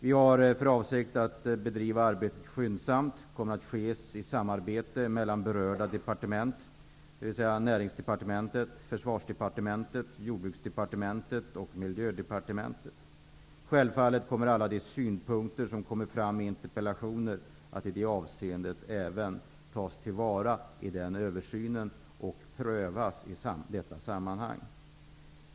Vi har för avsikt att bedriva arbetet skyndsamt och i samarbete mellan berörda departement, dvs. Försvarsdepartementet, Jordbruksdepartementet och Miljödepartementet. Självfallet kommer även alla synpunkter som framförs i interpellationen att tas till vara och prövas vid översynen.